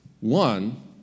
One